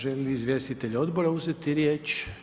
Želi li izvjestitelj odbora uzeti riječ?